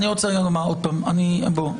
לא,